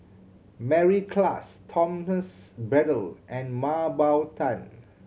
Mary Klass Thomas Braddell and Mah Bow Tan